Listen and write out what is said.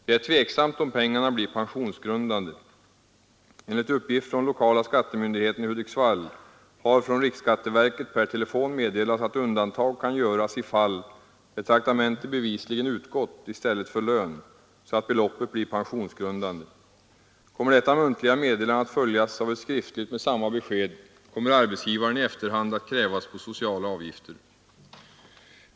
Det är tveksamt om pengarna blir pensionsgrundande. Enligt uppgift från lokala skattemyndigheten i Hudiksvall har från riksskatteverket per telefon meddelats att undantag kan göras i fall där traktamente bevisligen utgått i stället för lön, så att beloppet blir pensionsgrundande. Skulle detta muntliga meddelande följas av ett skriftligt med samma besked, kommer arbetsgivaren i efterhand att krävas på sociala avgifter.